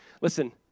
Listen